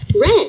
Red